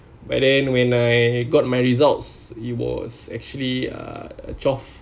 but then when I got my results it was actually uh twelve